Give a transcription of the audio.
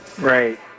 right